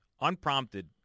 unprompted